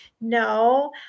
no